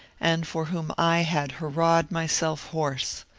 and for whom i had hurrahed myself hoarse.